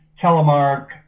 telemark